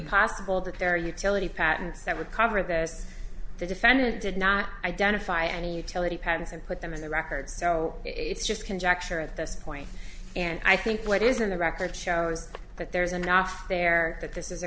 possible that there are utility patents that would cover this the defendant did not identify any utility patents and put them in the record so it's just conjecture at this point and i think what is in the record shows that there's an off there that this is a